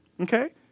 Okay